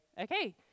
okay